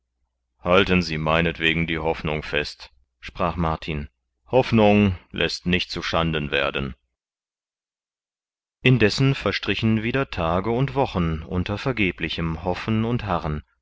halten sie meinetwegen die hoffnung fest sprach martin hoffnung läßt nicht zu schanden werden indessen verstrichen wieder tage und wochen unter vergeblichem hoffen und harren